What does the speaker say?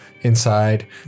inside